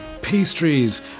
pastries